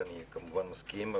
כי אני כמובן מסכים.